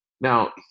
Now